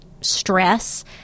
stress